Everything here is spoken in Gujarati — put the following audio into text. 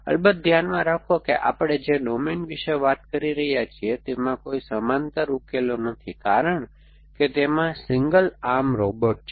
અલબત્ત ધ્યાનમાં રાખો કે આપણે જે ડોમેન વિશે વાત કરી રહ્યા છીએ તેમાં કોઈ સમાંતર ઉકેલો નથી કારણ કે તેમાં સિંગલ આર્મ રોબોટ છે